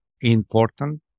important